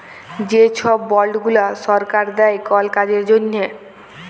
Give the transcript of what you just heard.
যে ছব বল্ড গুলা সরকার দেই কল কাজের জ্যনহে